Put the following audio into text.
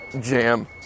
jam